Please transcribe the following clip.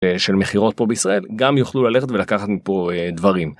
של מכירות פה בישראל גם יוכלו ללכת ולקחת מפה דברים.